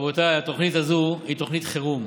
רבותיי, התוכנית הזאת היא תוכנית חירום.